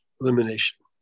elimination